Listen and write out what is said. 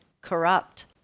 corrupt